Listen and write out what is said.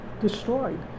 destroyed